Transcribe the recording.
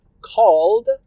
Called